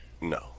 no